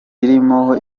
ririmo